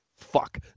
fuck